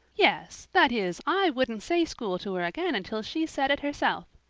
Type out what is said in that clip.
yes. that is i wouldn't say school to her again until she said it herself.